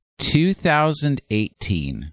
2018